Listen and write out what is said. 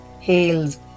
hails